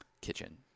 kitchen